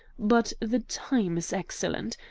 but the time is excellent.